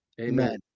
Amen